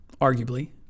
arguably